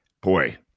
Boy